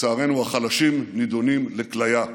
ולצערנו החלשים נדונים לכליה.